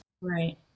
Right